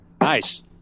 Nice